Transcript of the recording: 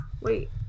Wait